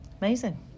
Amazing